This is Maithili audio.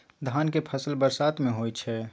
धान के फसल बरसात में होय छै?